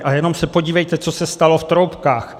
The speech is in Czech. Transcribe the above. A jenom se podívejte, co se stalo v Troubkách.